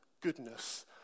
goodness